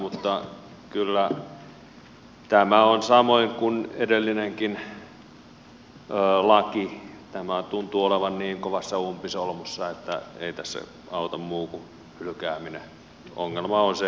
mutta kyllä tämä samoin kuin edellinenkin laki tuntuu olevan niin kovassa umpisolmussa että ei tässä auta muu kuin hylkääminen